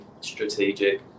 strategic